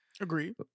Agreed